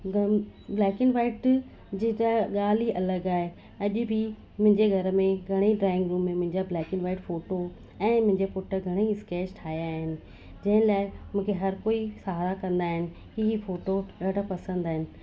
घन black and white ते जी त ॻाल्हि ई अलॻि आहे अॼु बि मुंहिंजे घर में घणे ई ड्राइंग रूम में मुंहिंजा ब्लैक एंड वाइट फ़ोटो ऐं मुंहिंजा पुट घणे ई स्कैच ठाहिया आहिनि जंहिं लाइ मूंखे हर कोई सहारा कंदा आहिनि कि ही फ़ोटो ॾाढा पसंदि आहिनि